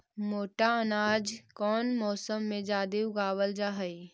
मोटा अनाज कौन मौसम में जादे उगावल जा हई?